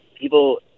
people